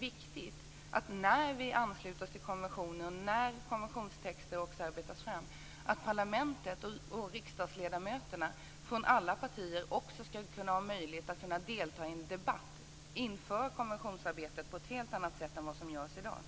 Jag tycker att det är viktigt att parlamentet och riksdagsledamöter från alla partier kan delta i en debatt när vi ansluter oss till konventioner och när konventionstexter arbetas fram på ett helt annat sätt än vad som sker i dag.